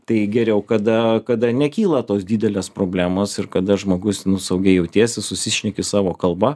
tai geriau kada kada nekyla tos didelės problemos ir kada žmogus nu saugiai jautiesi susišneki savo kalba